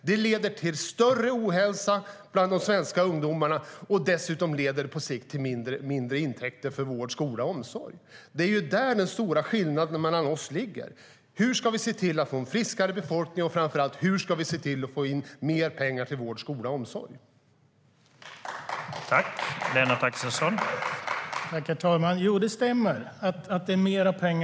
Det kommer att leda till större ohälsa bland de svenska ungdomarna och på sikt dessutom till mindre intäkter för vård, skola och omsorg.